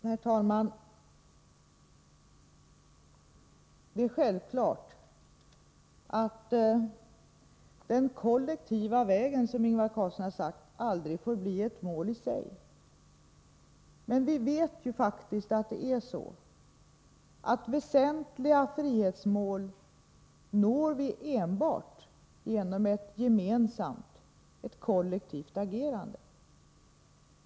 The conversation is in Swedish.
Herr talman! Det är självklart att den kollektiva vägen — som Ingvar Carlsson har sagt — aldrig får bli ett mål i sig. Men vi vet faktiskt att vi kan nå väsentliga frihetsmål endast genom ett gemensamt, ett kollektivt, agerande.